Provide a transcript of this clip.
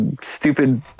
stupid –